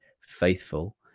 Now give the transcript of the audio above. faithful